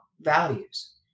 values